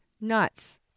nuts